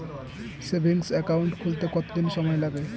Savings account খুলতে কতদিন সময় লাগে?